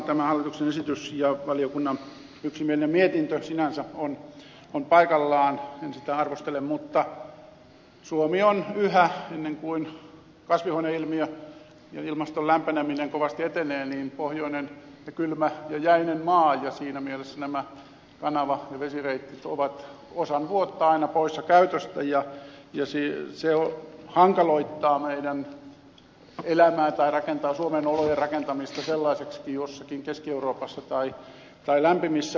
tämä hallituksen esitys ja valiokunnan yksimielinen mietintö sinänsä ovat paikallaan en niitä arvostele mutta suomi on yhä ennen kuin kasvihuoneilmiö ja ilmaston lämpeneminen kovasti etenevät pohjoinen ja kylmä ja jäinen maa ja siinä mielessä nämä kanava ja vesireitit ovat osan vuotta aina poissa käytöstä ja se hankaloittaa meidän elämäämme tai suomen olojen rakentamista sellaisiksi kuin jossakin keski euroopassa tai lämpimissä maissa